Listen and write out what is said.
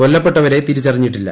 കൊല്ലപ്പെട്ടവരെ തിരിച്ചറിഞ്ഞിട്ടില്ല